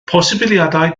posibiliadau